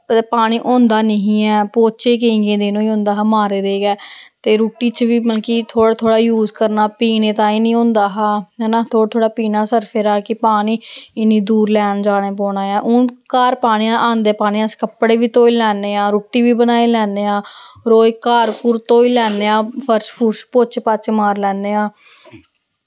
ते पानी होंदा नेही ऐ पोचे केईं केईं दिन होंदा हा मारे दे गै ते रुट्टी च बी मतलब कि थोह्ड़ा थोह्ड़ा यूस करना पीने ताईं निं होंदा हा हैना थोह्ड़ा थोह्ड़ा पीना सरफे दा कि पानी इन्नी दूर लैन जाने पौंना ऐ हून घर पानी आंह्दे पानी अस कपड़े बी धोई लैन्ने आं रुट्टी बी बनाई लैन्ने आं रोज घर घुर धोई लैने आं फर्श फुरश पोचे पाचे मारी लैन्ने आं